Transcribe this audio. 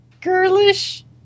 girlish